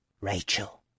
Rachel